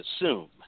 assume